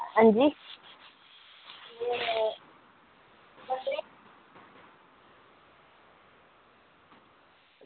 अंजी